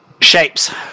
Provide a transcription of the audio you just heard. shapes